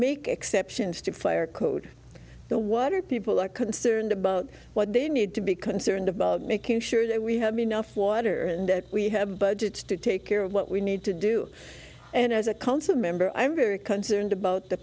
make exceptions to the fire code the water people are concerned about what they need to be concerned about making sure that we have enough water and we have budgets to take care of what we need to do and as a council member i'm very concerned about the